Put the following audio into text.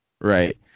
right